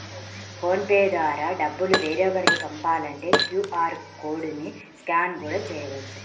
phone pay ద్వారా డబ్బులు వేరొకరికి పంపాలంటే క్యూ.ఆర్ కోడ్ ని స్కాన్ కూడా చేయవచ్చు